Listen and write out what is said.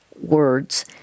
words